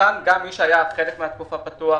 כאן, גם מי שגם חלק מהתקופה פתוח,